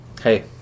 hey